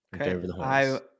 okay